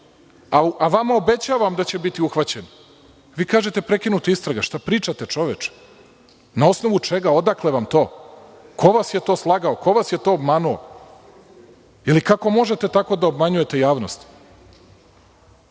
a vama obećavam da će biti uhvaćen. Vi kažete – prekinuta istraga, šta pričate čoveče? Na osnovu čega, odakle vam to? Ko vas je to slagao, ko vas je to obmanuo ili kako možete da tako obmanjujete javnost?